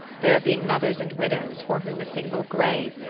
there have been mothers and widows for whom a single grave,